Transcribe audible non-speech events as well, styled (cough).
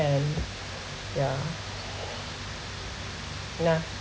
and ya (breath) nah